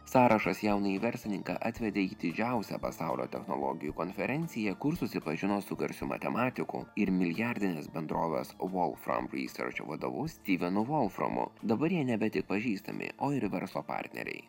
sąrašas jaunąjį verslininką atvedė į didžiausią pasaulio technologijų konferenciją kur susipažino su garsiu matematiku ir milijardinės bendrovės wolfram research vadovu stivenu volframu dabar jie nebe tik pažįstami o ir verslo partneriai